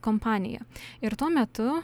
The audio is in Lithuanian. kompaniją ir tuo metu